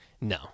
No